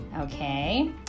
Okay